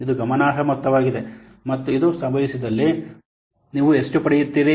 ಇದು ಗಮನಾರ್ಹ ಮೊತ್ತವಾಗಿದೆ ಮತ್ತು ಇದು ಸಂಭವಿಸಿದಲ್ಲಿ ಮತ್ತು ಇದು ಸಂಭವಿಸಿದಲ್ಲಿ ನೀವು ಎಷ್ಟು ಪಡೆಯುತ್ತೀರಿ